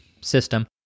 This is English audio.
system